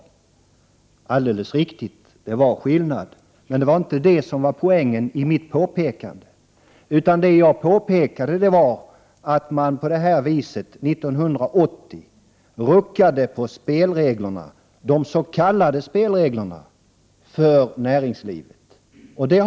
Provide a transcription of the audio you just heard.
Det är alldeles riktigt, det finns en skillnad. Men det var inte poängen i det jag sade. Jag påpekade att man på det här viset år 1980 ruckade på de s.k. spelreglerna för näringslivet.